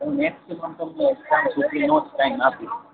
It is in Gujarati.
હું મેક્સિમમ તમને એક્ઝામ સુધીનો જ ટાઈમ આપીશ